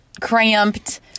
cramped